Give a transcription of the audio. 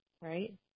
right